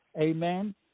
Amen